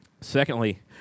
Secondly